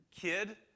kid